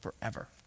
forever